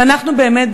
ובאמת,